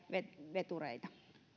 vetureita